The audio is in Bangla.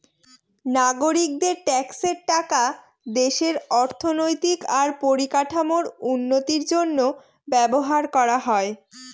নাগরিকদের ট্যাক্সের টাকা দেশের অর্থনৈতিক আর পরিকাঠামোর উন্নতির জন্য ব্যবহার করা হয়